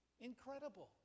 incredible